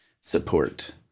support